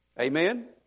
Amen